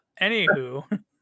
Anywho